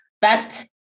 best